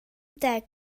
deg